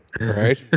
right